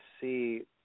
see